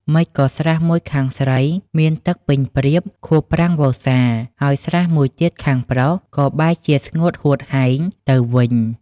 ម៉េចក៏ស្រះមួយខាងស្រី មានទឹកពេញព្រៀបខួបប្រាំងវស្សា ហើយស្រះមួយទៀតខាងប្រុស ក៏បែរជាស្ងួតហួតហែងទៅវិញ ?